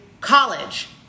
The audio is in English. college